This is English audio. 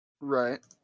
Right